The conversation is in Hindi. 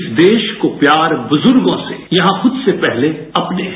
इस देश को प्यार बुजुर्गों से यहां खुद से पहले अपने है